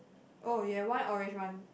oh you have one orange one